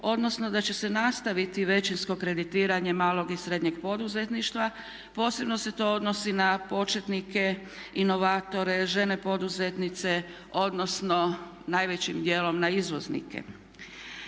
odnosno da će se nastaviti većinsko kreditiranje malog i srednjeg poduzetništva, posebno se to odnosi na početnike, inovatore, žene poduzetnice, odnosno najvećim djelom na izvoznike.